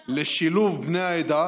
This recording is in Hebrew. לשילוב בני העדה,